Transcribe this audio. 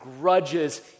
grudges